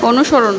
অনুসরণ